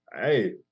hey